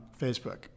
Facebook